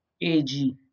Ag